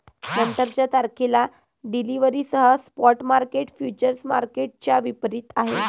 नंतरच्या तारखेला डिलिव्हरीसह स्पॉट मार्केट फ्युचर्स मार्केटच्या विपरीत आहे